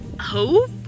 hope